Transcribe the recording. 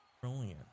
Brilliant